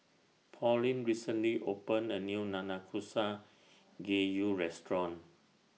Pauline recently opened A New Nanakusa Gayu Restaurant